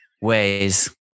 ways